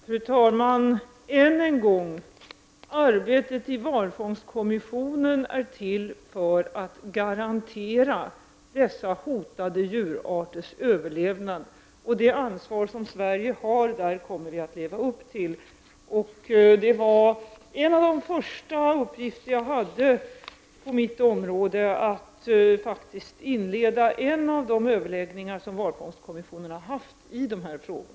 Fru talman! Än en gång: Arbetet i valfångstkommissionen är till för att garantera dessa hotade djurarters överlevnad, och det ansvar som Sverige har kommer vi att leva upp till. En av de första uppgifter som jag hade på mitt område var faktiskt att inleda en av de överläggningar som valfångstkommissionen har haft i dessa frågor.